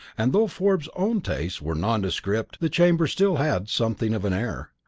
and though forbes's own tastes were nondescript the chamber still had something of an air.